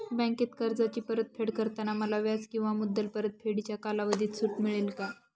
बँकेत कर्जाची परतफेड करताना मला व्याज किंवा मुद्दल परतफेडीच्या कालावधीत सूट मिळेल का?